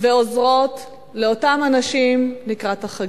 ועוזרות לאותם אנשים לקראת החגים.